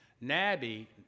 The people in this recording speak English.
Nabby